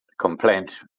complaint